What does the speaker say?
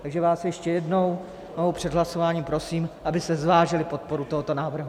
Takže vás ještě jednou před hlasováním prosím, abyste zvážili podporu tohoto návrhu.